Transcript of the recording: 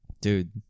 Dude